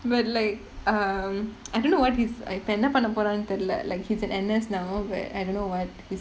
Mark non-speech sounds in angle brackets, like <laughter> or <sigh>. but like um <noise> I don't know what his இப்ப என்ன பண்ண போறேன்னு தெரியல:ippa enna panna poreannu theriyala like he's in N_S now where I don't know what his